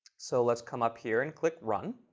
so let's come up here and click run.